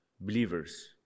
believers